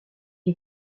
est